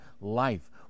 life